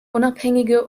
unabhängige